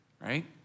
right